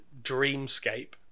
Dreamscape